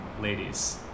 ladies